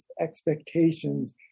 expectations